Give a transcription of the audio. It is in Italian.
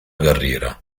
carriera